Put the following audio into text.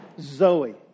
Zoe